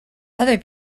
other